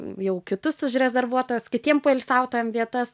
jau kitus užrezervuotas kitiem poilsiautojam vietas